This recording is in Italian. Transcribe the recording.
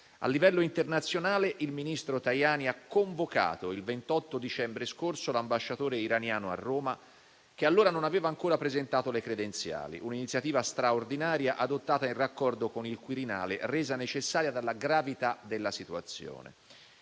A livello internazionale, il ministro Tajani ha convocato, il 28 dicembre scorso, l'ambasciatore iraniano a Roma, che allora non aveva ancora presentato le credenziali: un'iniziativa straordinaria adottata in raccordo con il Quirinale, resa necessaria dalla gravità della situazione.